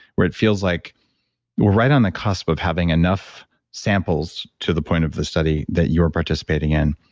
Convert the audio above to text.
where it feels like we're right on the cusp of having enough samples to the point of the study that you're participating in,